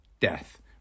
death